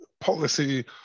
policy